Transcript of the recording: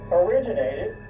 originated